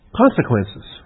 consequences